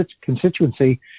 constituency